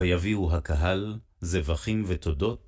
ויביאו הקהל, זבחים ותודות.